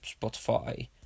Spotify